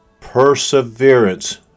perseverance